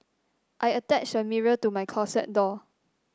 I attached a mirror to my closet door